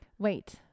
wait